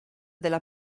della